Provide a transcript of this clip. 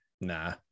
Nah